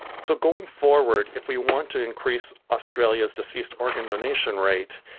so going forward, if we want to increase australia's deceased organ donation rate,